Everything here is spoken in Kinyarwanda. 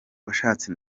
washatse